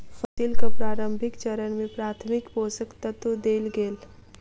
फसीलक प्रारंभिक चरण में प्राथमिक पोषक तत्व देल गेल